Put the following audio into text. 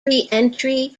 reentry